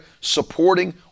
supporting